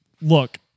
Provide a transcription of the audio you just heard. look